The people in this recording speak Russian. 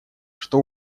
что